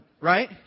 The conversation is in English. right